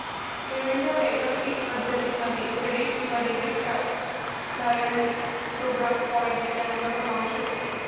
पेमेंटच्या वैकल्पिक पद्धतीं मध्ये क्रेडिट किंवा debit card, loyalty program point यांचा समावेश होतो